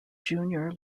junior